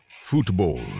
football